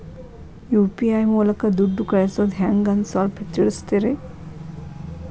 UPI ಮೂಲಕ ದುಡ್ಡು ಕಳಿಸೋದ ಹೆಂಗ್ ಅಂತ ಸ್ವಲ್ಪ ತಿಳಿಸ್ತೇರ?